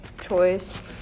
choice